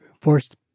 forced